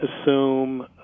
assume